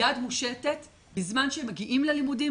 יד מושטת בזמן שהם מגיעים ללימודים,